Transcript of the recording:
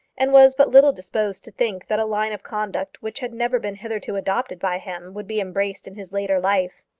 and was but little disposed to think that a line of conduct which had never been hitherto adopted by him would be embraced in his later life.